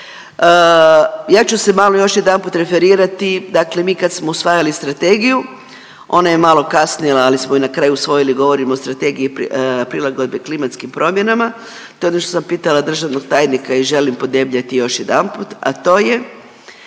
Ja ću se malo još jedanput referirati, dakle mi kad smo usvajali strategiju ona je malo kasnila ali smo je na kraju usvojili, govorim o Strategiji prilagodbe klimatskim promjenama, to je ono što sam pitala državnog tajnika i želim podebljati još jedanput, a to je,